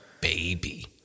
baby